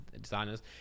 designers